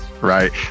right